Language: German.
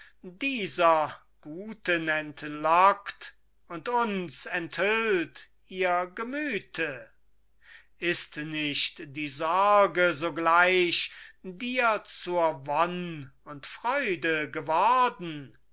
dieser guten entlockt und uns enthüllt ihr gemüte ist nicht die sorge sogleich dir zur wonn und freude geworden